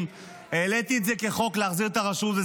אני חי את זה, אני עובד בזה.